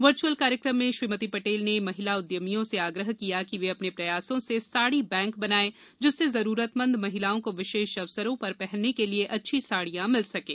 virtual कार्यक्रम में श्रीमती पटेल ने महिला उद्यामियों से आग्रह किया कि वे अपने प्रयासों से साड़ी बैंक बनायें जिससे जरूरतमंद महिलाओं को विशेष अवसरों पर पहनने के लिये अच्छी साड़ियाँ मिल सकें